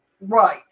Right